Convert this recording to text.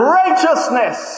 righteousness